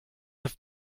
have